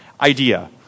idea